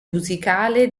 musicale